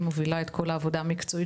היא מובילה את כל העבודה המקצועית